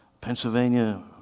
Pennsylvania